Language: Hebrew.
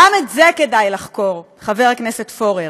גם את זה כדאי לחקור, חבר הכנסת פורר.